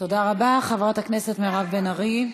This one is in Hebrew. תודה רבה, חברת הכנסת מירב בן ארי.